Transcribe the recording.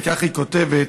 וכך היא כותבת: